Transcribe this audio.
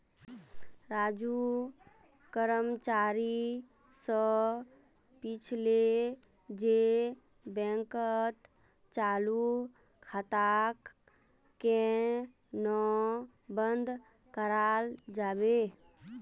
राजू कर्मचारी स पूछले जे बैंकत चालू खाताक केन न बंद कराल जाबे